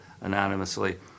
anonymously